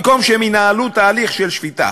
במקום שהם ינהלו תהליך של שפיטה,